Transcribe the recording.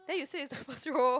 then you said is the first row